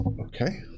Okay